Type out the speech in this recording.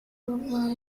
programmers